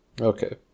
Okay